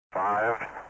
Five